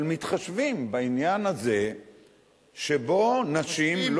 אבל מתחשבים בעניין הזה שבו נשים,